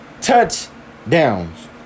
touchdowns